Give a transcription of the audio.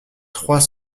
trois